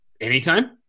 anytime